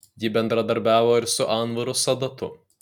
ji bendradarbiavo ir su anvaru sadatu